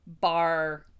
bar